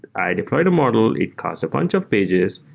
i deploy the model, it caused a bunch of pages.